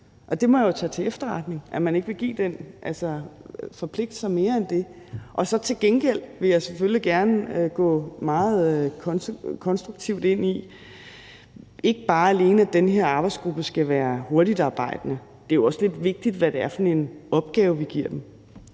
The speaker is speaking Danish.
og der må jeg jo tage til efterretning, at man ikke vil forpligte sig mere end det. Til gengæld vil jeg selvfølgelig gerne gå meget konstruktivt ind i ikke bare det, at den her arbejdsgruppe skal være hurtigtarbejdende, men at det jo også er lidt vigtigt, hvad det er for en opgave, vi giver den.